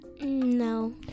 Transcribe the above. No